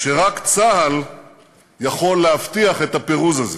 שרק צה"ל יכול להבטיח את הפירוז הזה,